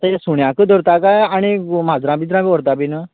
आतां ये सुण्याक धरतां काय आनी माजरां बिजरांक व्हरता बिन